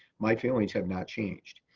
my feelings have not changed.